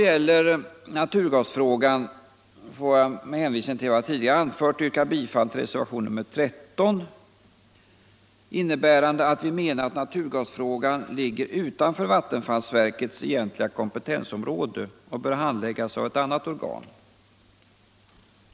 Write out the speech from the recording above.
I naturgasfrågan får jag med hänvisning till vad jag tidigare anfört yrka bifall till reservationen 13, innebärande att vi menar att naturgasfrågan ligger utanför vattenfallsverkets egentliga kompetensområde och bör handläggas av ett annat organ.